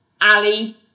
Ali